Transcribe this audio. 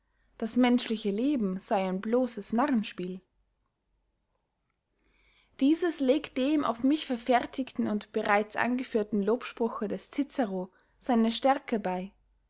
das menschliche leben sey ein bloses narrenspiel dieses legt dem auf mich verfertigten und bereits angeführten lobspruche des cicero seine stärke bey